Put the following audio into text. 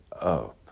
up